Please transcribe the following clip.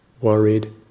worried